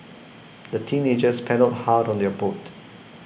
the teenagers paddled hard on their boat